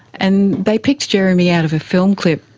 and they picked jeremy out of a film clip